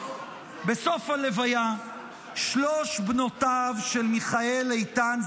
בסוף הלוויה שלוש בנותיו של מיכאל איתן,